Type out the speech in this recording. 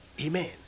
Amen